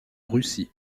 russie